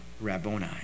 Rabboni